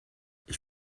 ich